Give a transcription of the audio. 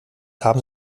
haben